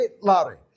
Larry